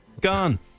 gone